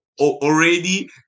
already